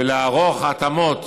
ולערוך התאמות